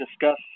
discuss